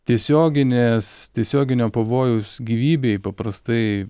tiesioginės tiesioginio pavojaus gyvybei paprastai